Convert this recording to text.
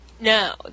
No